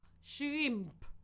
shrimp